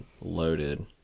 loaded